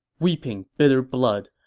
weeping bitter blood,